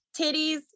Titties